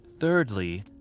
Thirdly